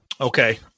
Okay